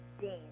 Dean